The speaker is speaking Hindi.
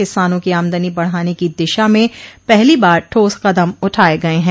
किसानों की आमदनी बढ़ाने की दिशा में पहली बार ठोस कदम उठाये गये हैं